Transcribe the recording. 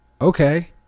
okay